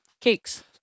Cakes